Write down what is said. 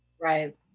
right